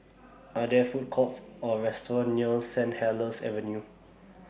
Are There Food Courts Or restaurants near Saint Helier's Avenue